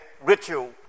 ritual